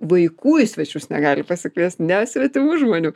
vaikų į svečius negali pasikviest ne svetimų žmonių